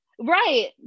right